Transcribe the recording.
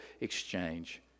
exchange